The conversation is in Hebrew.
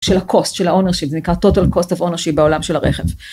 של הcost של הownership זה נקרא total cost of ownership בעולם של הרכב.